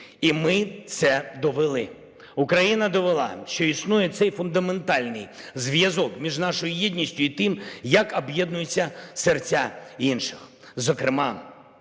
І ми це довели. Україна довела, що існує цей фундаментальний зв'язок між нашою єдністю і тим, як об'єднуються серця інших, зокрема